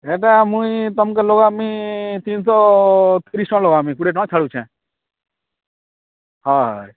ଏନ୍ତା ମୁଇଁ ତୁମକୁ ଲଗାମି ତିନିଶହ ତିରିଶି ଟଙ୍କା ଲଗାମି କୁଡ଼ିଏ ଟଙ୍କା ଛାଡ଼ୁଛେ ହଁ ହଁ ଏ